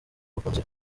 bakunzi